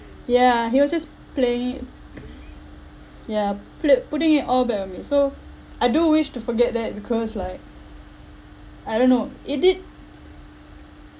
yeah he was just playing it yeah play~ putting it all back on me so I do wish to forget that because like I don't know it did